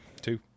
Two